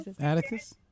Atticus